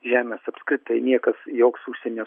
žemės apskritai niekas joks užsienio